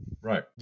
Right